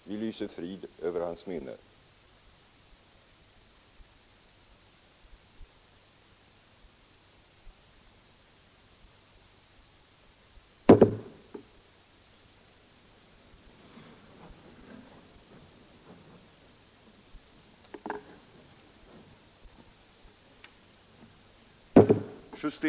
Vi lyser frid över hans minne.